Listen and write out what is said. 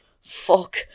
fuck